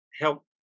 help